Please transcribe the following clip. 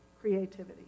creativity